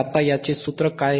आता सूत्र काय